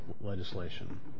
legislation